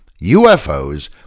UFOs